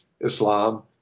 Islam